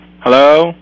Hello